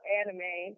anime